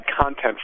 content